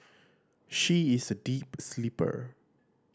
she is a deep sleeper